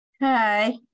Hi